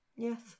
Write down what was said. Yes